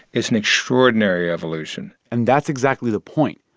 it's an extraordinary evolution and that's exactly the point.